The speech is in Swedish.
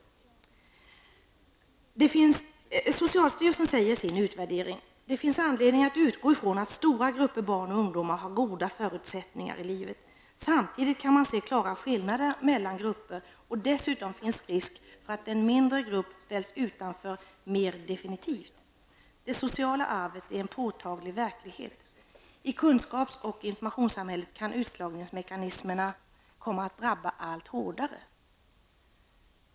Socialstyrelsen säger i sin utvärdering: Det finns anledning att utgå från att stora grupper barn och ungdomar har goda förutsättningar i livet. Samtidigt kan man se klara skillnader mellan grupper, och dessutom finns risk för att en mindre grupp ställs utanför mer definitivt. Det sociala arvet är en påtaglig verklighet. I kunskaps och informationssamhället kan utslagningsmekanismerna komma att drabba allt hårdare.